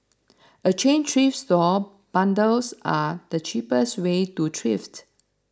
a chain thrift store bundles are the cheapest way to thrift